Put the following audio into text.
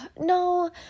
no